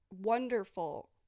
wonderful